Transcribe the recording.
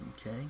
Okay